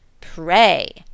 Pray